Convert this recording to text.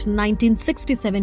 1967